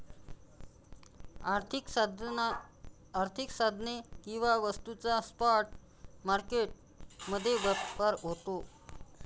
आर्थिक साधने किंवा वस्तूंचा स्पॉट मार्केट मध्ये व्यापार होतो